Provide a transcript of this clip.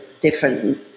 different